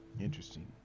Interesting